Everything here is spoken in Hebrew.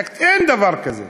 אין דבר כזה.